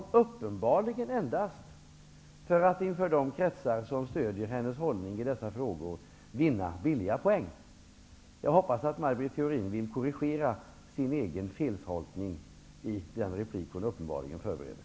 Syftet är uppenbarligen endast att inför de kretsar som stöder hennes hållning i dessa frågor vinna billiga poäng. Jag hoppas att Maj Britt Theorin är villig att korrigera sin egen feltolkning i den replik som hon uppenbarligen förbereder.